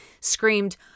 screamed